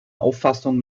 auffassung